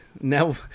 Now